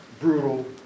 brutal